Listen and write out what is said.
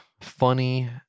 funny